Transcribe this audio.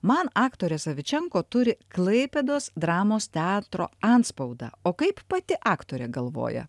man aktorė savičenko turi klaipėdos dramos teatro antspaudą o kaip pati aktorė galvoja